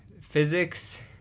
Physics